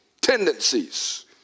tendencies